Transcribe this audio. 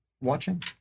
watching